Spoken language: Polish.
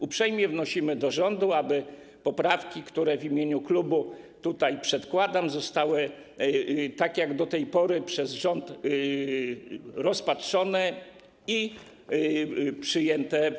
Uprzejmie wnosimy do rządu, aby poprawki, które w imieniu klubu tutaj przedkładam, zostały - tak jak do tej pory - przez rząd rozpatrzone i przyjęte.